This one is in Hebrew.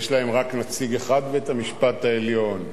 ויש להם רק נציג אחד בבית-המשפט העליון,